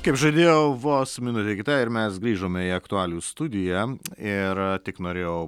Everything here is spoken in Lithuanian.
kaip žadėjau vos minutė kita ir mes grįžome į aktualijų studiją ir tik norėjau